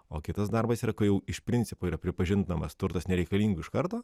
o kitas darbas yra kai jau iš principo yra pripažindamas turtas nereikalingu iš karto